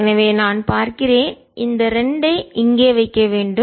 எனவே நான் பார்க்கிறேன் இந்த 2 ஐ இங்கே வைக்க வேண்டும்